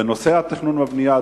בנושא התכנון והבנייה,